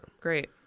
great